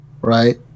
Right